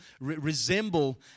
resemble